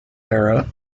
era